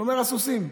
שומר הסוסים.